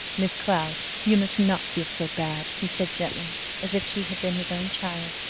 miss cloud, you must not feel so bad, he said gently, as if she had been his own child.